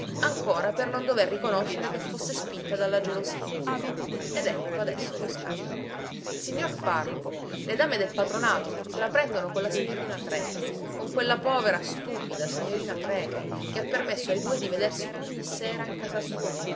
ancora per non dover riconoscere che fosse spinta dalla gelosia ed ecco adesso lo scandalo il signor parroco le dame del patronato se la prendono con la signorina trecke con quella povera stupida signorina trecke che ha permesso ai due di vedersi ogni sera in casa sua